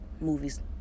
movies